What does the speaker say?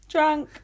Drunk